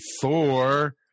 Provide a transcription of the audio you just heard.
Thor